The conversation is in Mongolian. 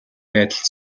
байдалд